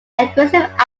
aggressive